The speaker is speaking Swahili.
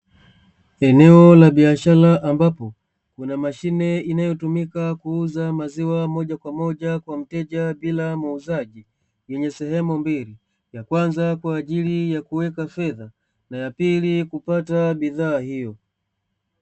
Eneo la biashara, ambapo kuna mashine inayotumika kuuza maziwa moja kwa moja kwa mteja bila muuzaji, yenye sehemu mbili; ya kwanza kwa ajili ya kuweka fedha na ya pili kupata bidhaa hiyo.